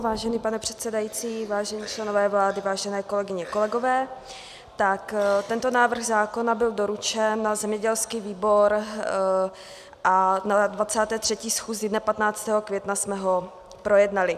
Vážený pane předsedající, vážení členové vlády, vážené kolegyně, kolegové, tento návrh zákona byl doručen na zemědělský výbor a na 23. schůzi dne 15. května jsme ho projednali.